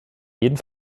jeden